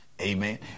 Amen